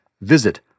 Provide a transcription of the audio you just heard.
Visit